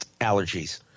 Allergies